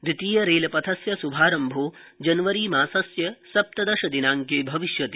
दवितीय रेलपथस्य शुभारम्भो जनवरी मासस्य सप्तदश दिनाड्के भविष्यति